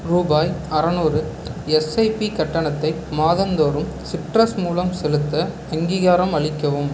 ரூபாய் அறநூறு எஸ்ஐபி கட்டணத்தை மாதம்தோறும் சிட்ரஸ் மூலம் செலுத்த அங்கீகாரம் அளிக்கவும்